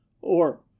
Or